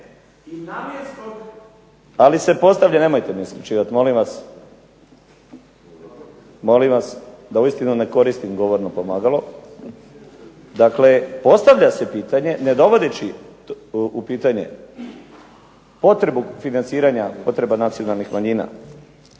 ali se postavlja, nemojte me isključivat molim vas, molim vas, da uistinu ne koristim govorno pomagalo. Dakle postavlja se pitanje, ne dovodeći u pitanje potrebu financiranja potreba nacionalnih manjina.